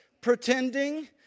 pretending